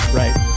right